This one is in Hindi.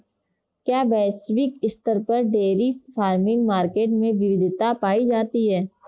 क्या वैश्विक स्तर पर डेयरी फार्मिंग मार्केट में विविधता पाई जाती है?